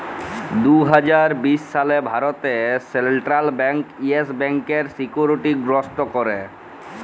দু হাজার বিশ সালে ভারতে সেলট্রাল ব্যাংক ইয়েস ব্যাংকের সিকিউরিটি গ্রস্ত ক্যরে